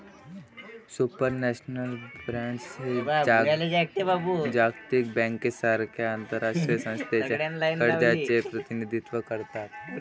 supranational bonds हे जागतिक बँकेसारख्या आंतरराष्ट्रीय संस्थांच्या कर्जाचे प्रतिनिधित्व करतात